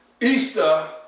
Easter